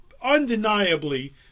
undeniably